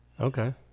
Okay